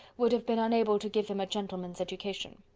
would have been unable to give him a gentleman's education.